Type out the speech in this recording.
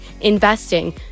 investing